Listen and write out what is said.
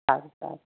સારું સારું